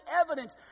evidence